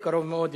בקרוב מאוד,